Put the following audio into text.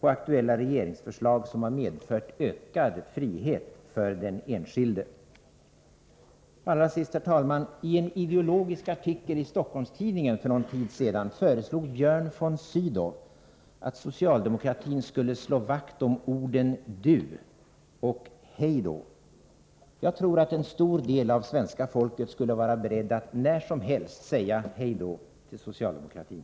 på aktuella regeringsförslag som har medfört ökad frihet för den enskilde. Allra sist, herr talman! I en ideologisk artikel i Stockholms-Tidningen för en tid sedan föreslog Björn von Sydow att socialdemokratin skulle slå vakt om orden du och hej då. Jag tror att en stor del av svenska folket skulle vara berett att när som helst säga hej då till socialdemokratin.